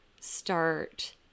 start